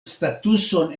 statuson